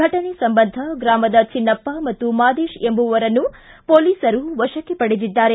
ಫಟನೆ ಸಂಬಂಧ ಗ್ರಾಮದ ಚಿನ್ನಪ್ಪ ಮತ್ತು ಮಾದೇಶ ಎಂಬುವವರನ್ನು ಪೊಲೀಸರು ವಶಕ್ಕೆ ಪಡೆದಿದ್ದಾರೆ